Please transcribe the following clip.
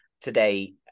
today